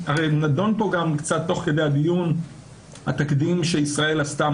נדון פה גם תוך כדי הדיון התקדים שישראל עשתה,